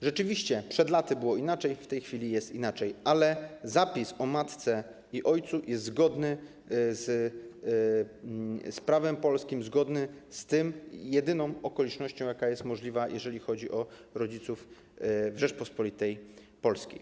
Rzeczywiście przed laty było inaczej, w tej chwili jest inaczej, ale zapis o matce i ojcu jest zgodny z polskim prawem, zgodny z jedyną okolicznością, jaka jest możliwa, jeżeli chodzi o rodziców w Rzeczypospolitej Polskiej.